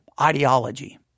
ideology